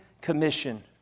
commission